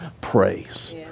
praise